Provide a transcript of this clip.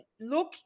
look